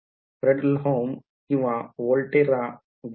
fredholm किंवा volterra दिसते का